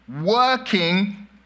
working